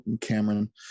Cameron